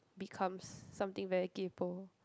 becomes something very kaypo